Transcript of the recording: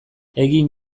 egin